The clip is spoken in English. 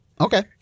Okay